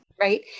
right